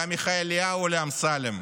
לעמיחי אליהו או לאמסלם,